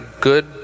good